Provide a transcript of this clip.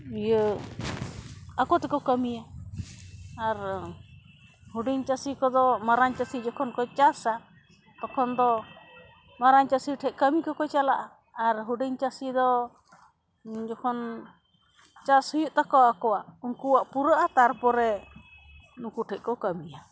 ᱤᱭᱟᱹ ᱟᱠᱚ ᱛᱮᱠᱚ ᱠᱟᱹᱢᱤᱭᱟ ᱟᱨ ᱦᱩᱰᱤᱝ ᱪᱟᱹᱥᱤ ᱠᱚᱫᱚ ᱢᱟᱨᱟᱝ ᱪᱟᱹᱥᱤ ᱡᱚᱠᱷᱚᱱ ᱠᱚ ᱪᱟᱥᱟ ᱛᱚᱠᱷᱚᱱ ᱫᱚ ᱢᱟᱨᱟᱝ ᱪᱟᱹᱥᱤ ᱴᱷᱮᱡ ᱠᱟᱹᱢᱤ ᱠᱚᱠᱚ ᱪᱟᱞᱟᱜᱼᱟ ᱟᱨ ᱦᱩᱰᱤᱝ ᱪᱟᱹᱥᱤ ᱫᱚ ᱡᱚᱠᱷᱚᱱ ᱪᱟᱥ ᱦᱩᱭᱩᱜ ᱛᱟᱠᱚᱣᱟ ᱟᱠᱚᱣᱟᱜ ᱩᱱᱠᱩᱣᱟᱜ ᱯᱩᱨᱟᱹᱜᱼᱟ ᱛᱟᱨᱯᱚᱨᱮ ᱱᱩᱠᱩᱴᱷᱮᱡ ᱠᱚ ᱠᱟᱹᱢᱤᱭᱟ